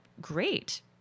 great